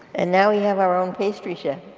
and now we have our own pastry chef